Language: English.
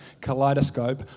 kaleidoscope